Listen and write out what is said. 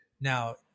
Now